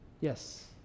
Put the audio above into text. Yes